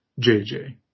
JJ